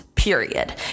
period